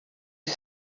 see